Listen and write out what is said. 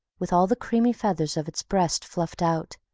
with all the creamy feathers of its breast fluffed out,